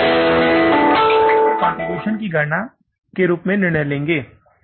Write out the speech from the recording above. आप उत्पादों से कंट्रीब्यूशन की गणना के रूप में निर्णय लेंगे